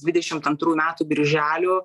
dvidešimt antrų metų birželio